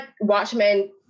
Watchmen